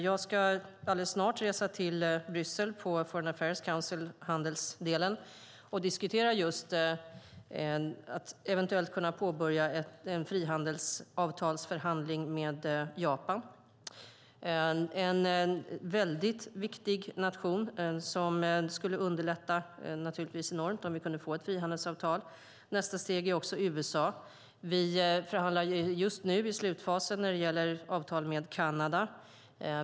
Jag ska snart resa till Bryssel på Foreign Affairs Council, handelsdelen, och diskutera om man eventuellt kan påbörja en frihandelsavtalsförhandling med Japan. Det är en mycket viktig nation. Det skulle underlätta enormt om vi kunde få ett frihandelsavtal. Nästa steg är USA. Vi är just nu i slutfasen av förhandlingarna när det gäller avtal med Kanada.